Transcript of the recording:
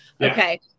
okay